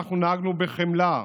אנחנו נהגנו בחמלה,